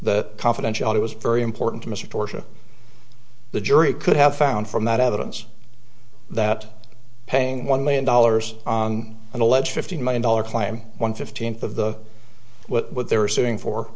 the confidentiality was very important to mr ga the jury could have found from that evidence that paying one million dollars on an alleged fifty million dollars claim one fifteenth of the what they were suing for